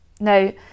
Now